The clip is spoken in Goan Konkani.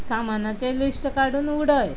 सामानाचें लिस्ट काडून उडय